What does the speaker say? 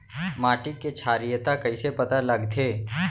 माटी के क्षारीयता कइसे पता लगथे?